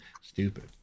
stupid